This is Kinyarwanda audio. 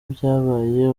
byabaye